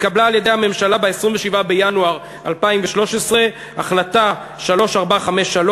התקבלה על-ידי הממשלה ב-27 בינואר 2013 החלטה 3453,